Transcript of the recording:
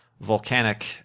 Volcanic